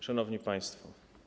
Szanowni Państwo!